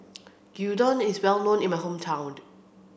Gyudon is well known in my hometown